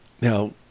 Now